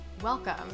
Welcome